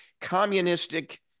communistic